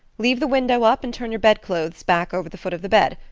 leave the window up and turn your bedclothes back over the foot of the bed.